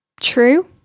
True